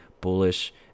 bullish